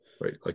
Right